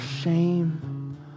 shame